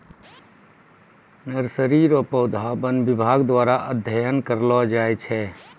nursery रो पौधा वन विभाग द्वारा अध्ययन करलो जाय छै